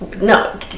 No